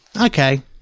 okay